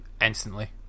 instantly